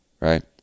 right